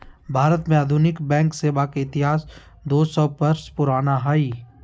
भारत में आधुनिक बैंक सेवा के इतिहास दू सौ वर्ष पुराना हइ